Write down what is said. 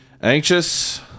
anxious